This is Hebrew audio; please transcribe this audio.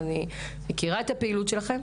ואני מכירה את הפעילות שלכם.